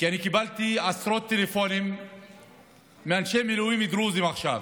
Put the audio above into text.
כי אני קיבלתי עשרות טלפונים מאנשי מילואים דרוזים עכשיו.